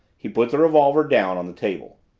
he put the revolver down on the table.